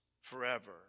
forever